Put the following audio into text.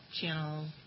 channel